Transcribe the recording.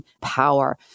power